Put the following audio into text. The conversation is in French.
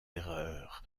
erreurs